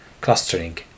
clustering